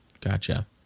Gotcha